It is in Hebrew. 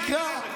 תקרא.